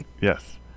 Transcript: Yes